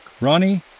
Ronnie